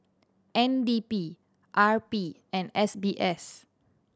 N D P R P and S B S